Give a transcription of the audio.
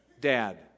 Dad